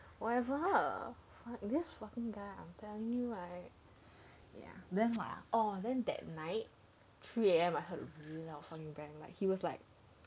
whatever !huh! this fucking guy I'm telling you right ya then what ah oh then that night three A_M I heard a really fucking loud bang like he was like